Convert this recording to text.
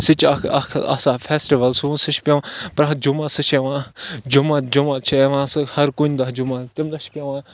سُہ چھُ اَکھ اَکھ آسان فٮ۪سٹِوَل سون سُہ چھِ پٮ۪وان پرٛٮ۪تھ جمعہ سُہ چھُ یِوان جمعہ جمعہ چھِ یِوان سُہ ہَر کُنہِ دۄہ جمعہ تَمہِ دۄہ چھِ پٮ۪وان